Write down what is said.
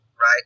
right